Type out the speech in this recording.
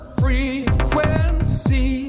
frequency